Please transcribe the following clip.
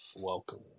Welcome